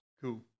Cool